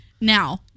now